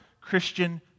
Christian